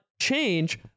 change